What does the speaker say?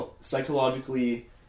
psychologically